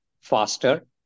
faster